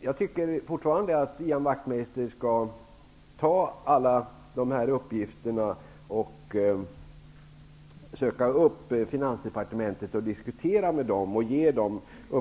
Jag tycker fortfarande att Ian Wachtmeister skall lämna dessa uppgifter till Finansdepartementet för en diskussion om